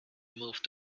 moved